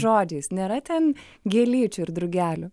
žodžiais nėra ten gėlyčių ir drugelių